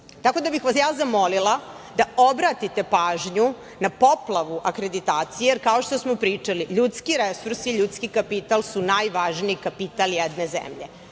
ratu. Tako da bih vas ja zamolila da obratite pažnju na poplavu akreditacija, jer, kao što smo pričali, ljudski resurs i ljudski kapital su najvažniji kapital jedne zemlje.